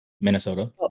Minnesota